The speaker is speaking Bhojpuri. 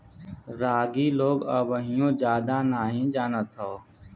रागी लोग अबहिओ जादा नही जानत हौ